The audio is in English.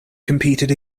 competed